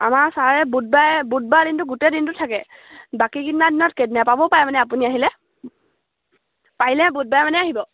আমাৰ ছাৰে বুধবাৰে বুধবাৰ দিনটো গোটেই দিনটো থাকে বাকী কেইদিনা দিনত নাপাবও পাৰে মানে আপুনি আহিলে পাৰিলে বুধবাৰে মানে আহিব